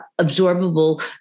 absorbable